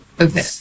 Okay